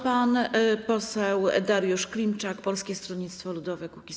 Pan poseł Dariusz Klimczak, Polskie Stronnictwo Ludowe - Kukiz15.